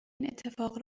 اتفاق